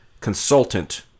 consultant